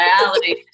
reality